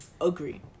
agree